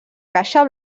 caixa